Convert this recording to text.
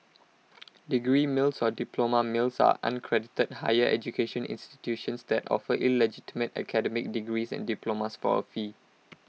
degree mills or diploma mills are unaccredited higher education institutions that offer illegitimate academic degrees and diplomas for A fee